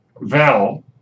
Val